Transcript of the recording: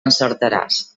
encertaràs